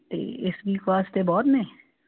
ਅਤੇ ਇਸ ਵੀਕ ਵਾਸਤੇ ਬਹੁਤ ਨੇ